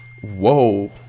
Whoa